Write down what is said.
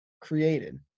created